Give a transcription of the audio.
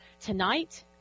Tonight